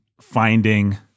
finding